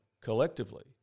collectively